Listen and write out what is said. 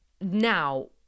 Now